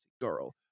girl